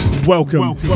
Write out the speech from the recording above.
Welcome